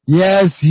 yes